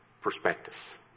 prospectus